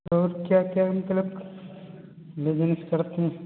और क्या क्या मतलब बिजनेस करते हैं